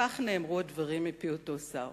כך נאמרו הדברים מפי אותו שר.